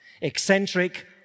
eccentric